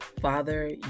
Father